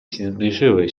zbliżyły